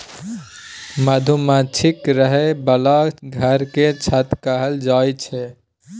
मधुमाछीक रहय बला घर केँ छत्ता कहल जाई छै